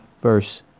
verse